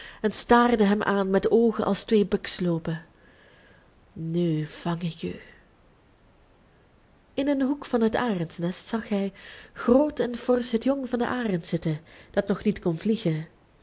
en staarde hem aan met oogen als twee buksloopen nu vang ik u in een hoek van het arendsnest zag hij groot en forsch het jong van den arend zitten dat nog niet kon vliegen